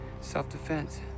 Self-defense